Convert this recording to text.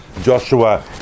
joshua